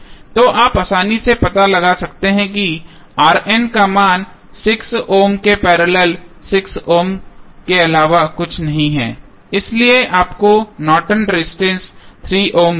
तो आप आसानी से पता लगा सकते हैं कि का मान 6 ओम के पैरेलल 6 ओम के अलावा कुछ नहीं है इसलिए आपको अब Norton resistance Nortons resistance 3 ohm मिला है